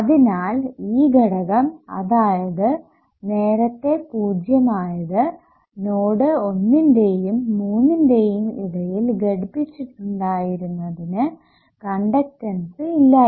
അതിനാൽ ഈ ഘടകം അതായത് നേരത്തെ 0 ആയത് നോഡ് ഒന്നിന്റെയും മൂന്നിന്റെയും ഇടയിൽ ഘടിപ്പിച്ചിട്ടുണ്ടായിരുന്നതിനു കണ്ടക്ടൻസ് ഇല്ലായിരുന്നു